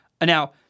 Now